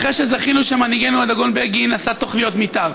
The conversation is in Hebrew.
אחרי שזכינו שמנהיגנו הדגול בגין עשה תוכניות מתאר,